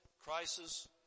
crisis